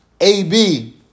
AB